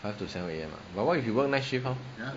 five to seven A_M ah but what if you work night shift how